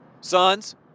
sons